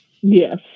Yes